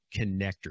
connector